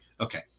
Okay